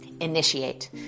initiate